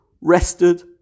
rested